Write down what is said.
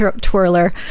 twirler